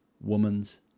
woman's